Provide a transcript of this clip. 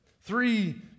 Three